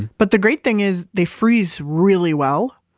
but the great thing is they freeze really well,